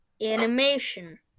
animation